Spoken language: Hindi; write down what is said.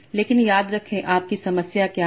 लेकिन याद रखें आपकी समस्या क्या है